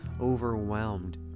overwhelmed